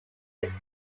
its